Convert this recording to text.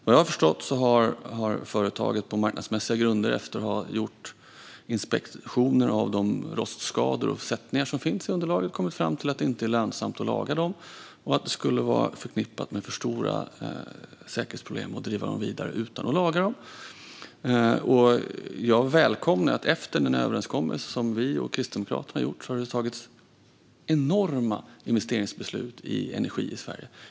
Vad jag förstått har företaget gjort inspektioner av de rostskador och sättningar som finns i underlaget och på marknadsmässiga grunder kommit fram till att det inte är lönsamt att laga dessa kärnkraftverk och att det skulle vara förknippat med för stora säkerhetsproblem att driva dem vidare utan att laga dem. Jag välkomnar att det efter den överenskommelse som vi och Kristdemokraterna gjorde har fattats beslut om enorma investeringar i energi i Sverige.